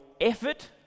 effort